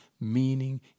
meaning